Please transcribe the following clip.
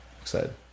Excited